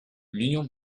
l’union